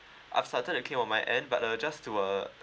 I've started to claim on my end but uh just to uh